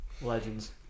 Legends